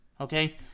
Okay